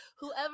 Whoever